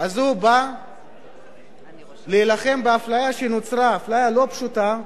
הזאת באה להילחם באפליה שנוצרה, אפליה לא פשוטה,